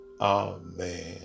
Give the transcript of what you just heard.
Amen